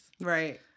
Right